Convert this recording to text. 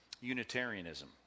Unitarianism